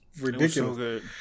ridiculous